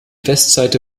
westseite